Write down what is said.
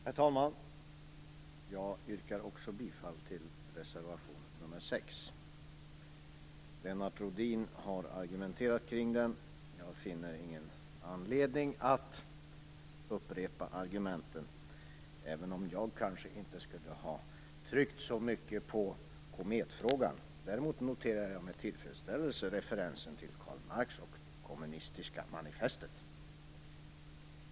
Herr talman! Jag yrkar också bifall till reservation 6. Lennart Rhodin har argumenterat för den. Jag finner ingen anledning att upprepa argumenten, även om jag kanske inte skulle ha tryckt så mycket på kometfrågan. Däremot noterar jag med tillfredsställelse referensen till Karl Marx och det kommunistiska manifestet.